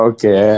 Okay